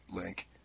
link